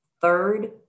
Third